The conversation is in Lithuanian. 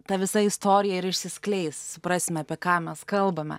ta visa istorija ir išsiskleis suprasime apie ką mes kalbame